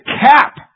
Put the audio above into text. cap